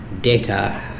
data